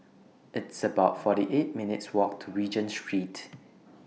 It's about forty eight minutes' Walk to Regent Street